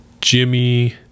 Jimmy